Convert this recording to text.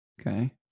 Okay